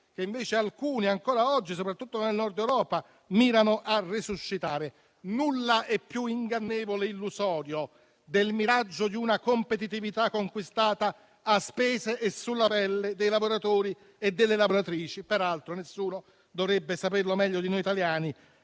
che invece alcuni ancora oggi, soprattutto nel Nord Europa, mirano a resuscitare. Nulla è più ingannevole e illusorio del miraggio di una competitività conquistata a spese e sulla pelle dei lavoratori e delle lavoratrici; peraltro nessuno dovrebbe saperlo meglio di noi italiani,